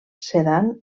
sedan